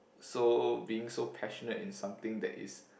so being so passionate in something that is